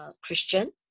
Christian